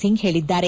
ಸಿಂಗ್ ಹೇಳಿದ್ದಾರೆ